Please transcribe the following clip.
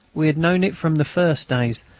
we had known it from the first days,